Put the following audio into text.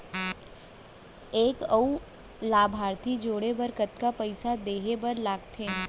एक अऊ लाभार्थी जोड़े बर कतका पइसा देहे बर लागथे?